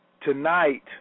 tonight